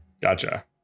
Gotcha